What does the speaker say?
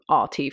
RT